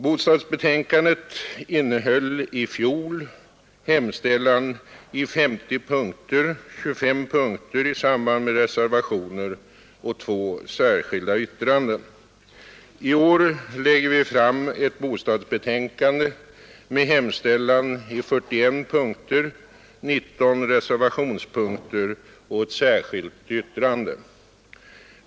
Bostadsbetänkandet innehöll i fjol hemställan i 50 punkter, 25 punkter i samband med reservationer och två särskilda yttranden. I år lägger vi fram ett bostadsbetänkande med hemställan i 41 punkter, 19 reservationspunkter och ett särskilt yttrande.